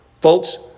Folks